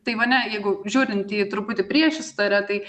taivane jeigu žiūrint į truputį priešistorę tai